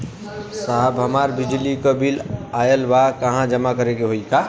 साहब हमार बिजली क बिल ऑयल बा कहाँ जमा करेके होइ?